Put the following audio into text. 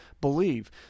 believe